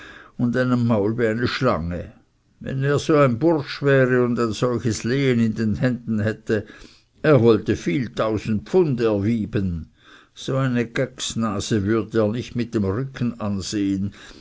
und einem maul wie eine schlange wenn er so ein bursch wäre und ein solches lehen in den händen hätte er wollte viel tausend pfund erwyben so eine gexnase würde er nicht mit dem rücken an